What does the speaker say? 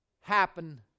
happen